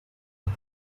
but